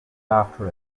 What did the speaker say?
after